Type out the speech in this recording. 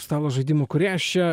stalo žaidimų kūrėjas čia